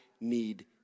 need